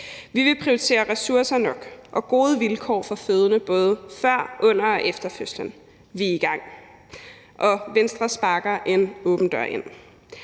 Vi vil prioritere, at der er ressourcer nok og gode vilkår for fødende både før, under og efter fødslen. Vi er i gang, og Venstre sparker en åben dør ind.